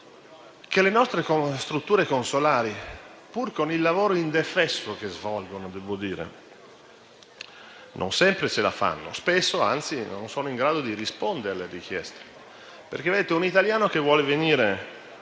che le nostre strutture consolari, pur con il lavoro indefesso che svolgono, non sempre ce la fanno; spesso, anzi, non sono in grado di rispondere alle richieste. Un italiano che vuole tornare